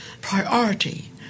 priority